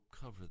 cover